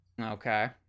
Okay